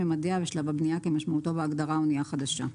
ממדיה ושלב הבנייה כמשמעותו בהגדרה אנייה חדשה.